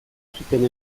zuten